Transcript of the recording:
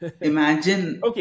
Imagine